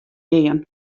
gean